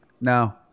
No